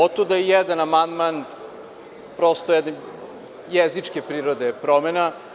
Otuda jedan amandman, prosto je jezičke prirode promena.